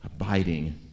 abiding